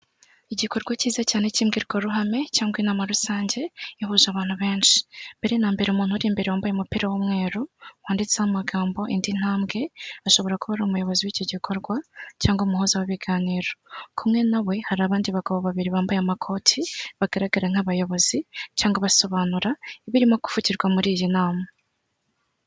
Igikorwa cyiza cyane cy'imbwirwaruhame cyangwa inama rusange, ihuje abantu benshi. Mbere na mbere umuntu uri imbere wambaye umupira w'umweru, wanditseho amagambo indi ntambwe, ashobora kuba ari umuyobozi w'icyo gikorwa cyangwa umuhuza w'ibiganiro. Kumwe na we, hari abandi bagabo babiri bambaye amakoti, bagaragara nk'abayobozi cyangwa basobanura, ibirimo kuvugirwa muri iyi nama.